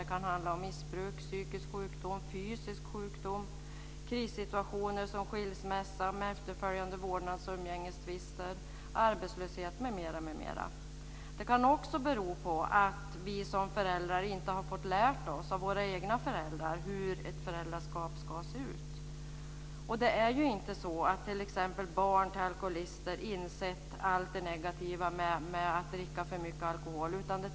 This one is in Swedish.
Det kan handla om missbruk, psykisk sjukdom, fysisk sjukdom, krissituationer som skilsmässa med efterföljande vårdnads och umgängestvister, arbetslöshet m.m. Det kan också bero på att vi som föräldrar inte har fått lära oss av våra egna föräldrar hur ett föräldraskap ska se ut. Det är ju inte så att t.ex. barn till alkoholister insett allt det negativa med att dricka för mycket alkohol.